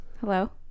Hello